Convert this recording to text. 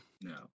No